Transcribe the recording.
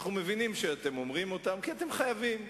אנחנו מבינים שאתם אומרים אותם כי אתם חייבים,